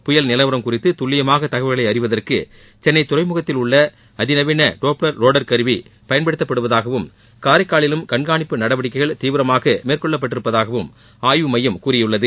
புயல் நிலவரம் குறித்து துல்லியமாக தகவல்களை அறிவதற்கு சென்னை துறைமுகத்தில் உள்ள அதிநவீன டோப்ளர் ரேடார் கருவி பயன்படுத்தப்படுவதாகவும் காரைக்காலிலும் கண்காணிப்பு நடவடிக்கைகள் தீவிரமாக மேற்கொள்ளப் பட்டிருப்பதாகவும் ஆய்வு மையம் கூறியுள்ளது